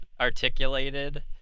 articulated